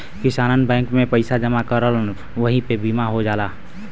किसानन बैंक में पइसा जमा करलन वही पे बीमा हो जाला